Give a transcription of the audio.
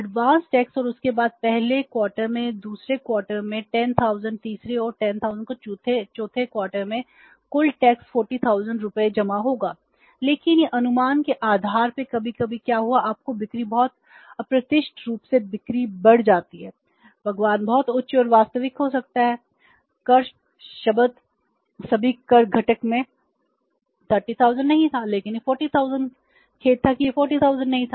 advance tax 40000 रुपये जमा होगा लेकिन यह अनुमान के आधार पर है कभी कभी क्या हुआ आपकी बिक्री बहुत अप्रत्याशित रूप से बिक्री बढ़ जाती है भगवान बहुत उच्च और वास्तविक हो सकता है कर शब्द सभी कर घटक में 30000 नहीं था लेकिन यह 40000 खेद था कि यह 40000 नहीं था